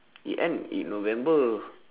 he end in november